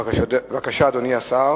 בבקשה, אדוני השר.